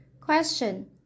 Question